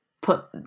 put